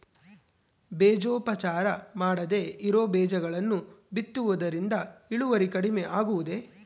ಬೇಜೋಪಚಾರ ಮಾಡದೇ ಇರೋ ಬೇಜಗಳನ್ನು ಬಿತ್ತುವುದರಿಂದ ಇಳುವರಿ ಕಡಿಮೆ ಆಗುವುದೇ?